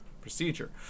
procedure